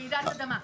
רעידת אדמה.